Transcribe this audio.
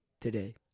today